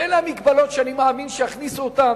אלה המגבלות שאני מאמין שיכניסו אותן,